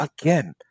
again